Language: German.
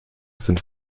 sind